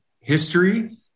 history